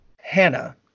Hannah